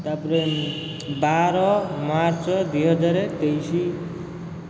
ତା'ପରେ ବାର ମାର୍ଚ୍ଚ ଦୁଇ ହଜାର ତେଇଶ